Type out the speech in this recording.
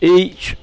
এই